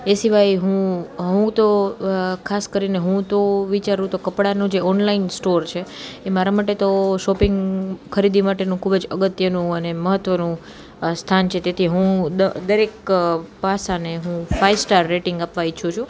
એ સિવાય હું હું તો ખાસ કરીને હું તો વિચારું તો કપડાનું જે ઓનલાઇન સ્ટોર છે એ મારા માટે તો શોપિંગ ખરીદી માટેનું ખૂબ જ અગત્યનું અને મહત્ત્વનું સ્થાન છે તેથી હું દ દરેક પાસાને હું ફાઇવ સ્ટાર રેટિંગ આપવા ઈચ્છું છું